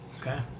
Okay